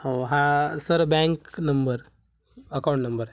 हो हा sir bank number account number